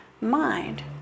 mind